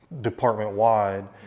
Department-wide